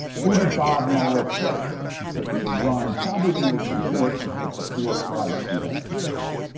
who did bob mueller pick to to run probably the most important of the four flights investigation?